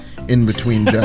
in-between